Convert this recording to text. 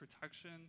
protection